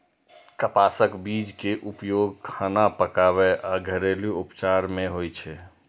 कपासक बीज के उपयोग खाना पकाबै आ घरेलू उपचार मे होइ छै